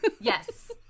Yes